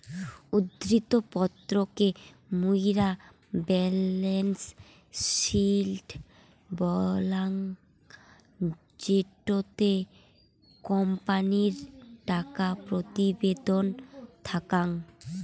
উদ্ধৃত্ত পত্র কে মুইরা বেলেন্স শিট বলাঙ্গ জেটোতে কোম্পানির টাকা প্রতিবেদন থাকাং